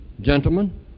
gentlemen